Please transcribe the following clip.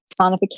sonification